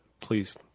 please